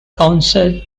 council